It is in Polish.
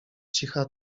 cicha